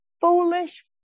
foolish